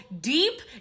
deep